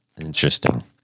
interesting